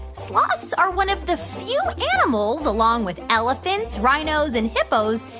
sloths are one of the few animals, along with elephants, rhinos and hippos,